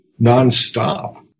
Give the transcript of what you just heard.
nonstop